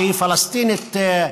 שהיא פלסטינית,